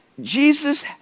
Jesus